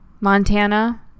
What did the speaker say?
Montana